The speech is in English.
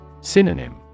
Synonym